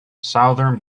southern